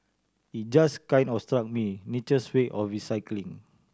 it just kind of struck me nature's way of recycling